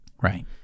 Right